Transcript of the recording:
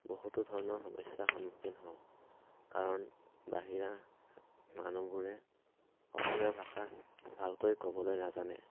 বহুতো ধৰণৰ সমস্যাৰ সন্মুখীন হওঁ কাৰণ বাহিৰা মানুহবোৰে অসমীয়া ভাষা ভালকৈ ক'বলৈ নাজানে